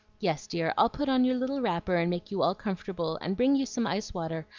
yes, dear, i'll put on your little wrapper, and make you all comfortable, and bring you some ice-water,